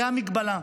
זו ההגבלה,